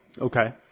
Okay